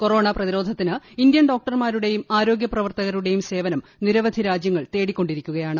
corona പ്രതിരോധത്തിന് Indian ഡോക്ടർമാരുടെയും ആരോഗ്യപ്രവർത്തകരുടെയും സേവനം നിരൂവധി രാജ്യങ്ങൾ തേടിക്കൊണ്ടിരിക്കുകയാണ്